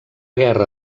guerra